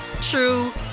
true